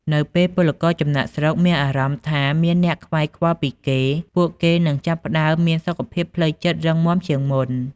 នៅពេលពលករចំណាកស្រុកមានអារម្មណ៍ថាមានអ្នកខ្វល់ខ្វាយពីគេ ពួកគេនឹងចាប់ផ្តើមមានសុខភាពផ្លូវចិត្តរឹងមាំជាងមុន។